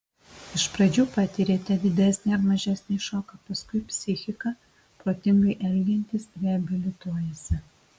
iš pradžių patiriate didesnį ar mažesnį šoką paskui psichika protingai elgiantis reabilituojasi